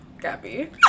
gabby